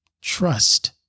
Trust